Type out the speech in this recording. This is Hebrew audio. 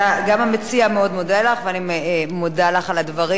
גם המציע מאוד מודה לך, ואני מודה לך על הדברים,